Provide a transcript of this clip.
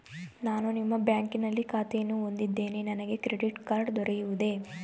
ನಾನು ನಿಮ್ಮ ಬ್ಯಾಂಕಿನಲ್ಲಿ ಖಾತೆಯನ್ನು ಹೊಂದಿದ್ದೇನೆ ನನಗೆ ಕ್ರೆಡಿಟ್ ಕಾರ್ಡ್ ದೊರೆಯುವುದೇ?